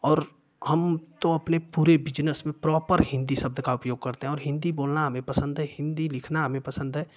और हम तो अपने पूरे बिज़नेस में प्रोपर हिन्दी शब्द का उपयोग करते हैं और हिन्दी बोलना हमे पसंद है हिन्दी लिखना हमे पसंद है